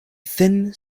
thin